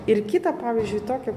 ir kita pavyzdžiui tokia